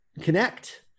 connect